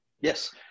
Yes